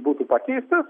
būtų pakeistas